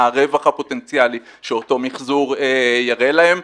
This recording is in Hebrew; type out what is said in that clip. הרווח הפוטנציאלי שאותו מחזור יראה להם.